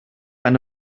eine